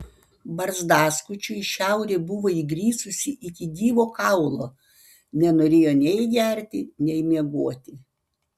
barzdaskučiui šiaurė buvo įgrisusi iki gyvo kaulo nenorėjo nei gerti nei miegoti